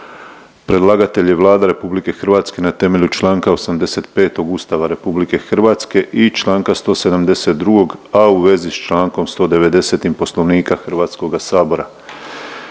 Predlagatelj je Vlada RH na temelju Članka 85. Ustava RH i Članka 172., a u vezi s Člankom 190. Poslovnika Hrvatskog sabora.